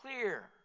clear